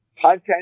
Content